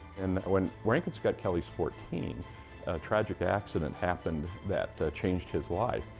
and when rankin scott kelley is fourteen, a tragic accident happened that changed his life.